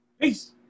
Peace